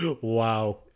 Wow